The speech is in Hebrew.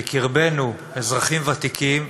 בקרבנו, אזרחים ותיקים,